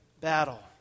battle